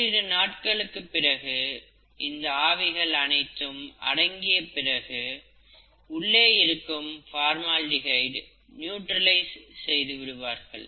ஓரிரு நாட்களுக்குப் பிறகு இந்த ஆவிகள் அனைத்தும் அடங்கிய பிறகு உள்ளே இருக்கும் ஃபார்மால்டிஹைடை நியூற்றலைஸ் செய்துவிடுவார்கள்